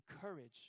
courage